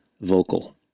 vocal